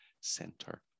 center